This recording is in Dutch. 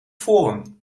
forum